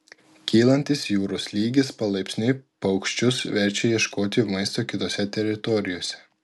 kylantis jūros lygis palaipsniui paukščius verčia ieškoti maisto kitose teritorijose